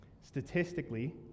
statistically